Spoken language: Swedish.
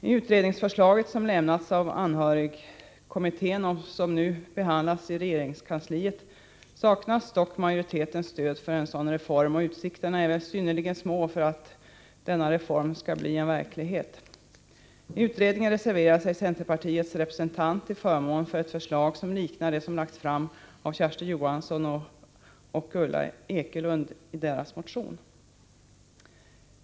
I det förslag som lämnats av anhörigkommittén och som nu behandlas i regeringskansliet saknas dock stöd från majoriteten för en sådan reform, och utsikterna är väl synnerligen små att den föreslagna reformen skall kunna bli verklighet. I utredningen reserverade sig centerpartiets representant till förmån för ett förslag som liknar det som lagts fram av Kersti Johansson och Ulla Ekelund i motion 539.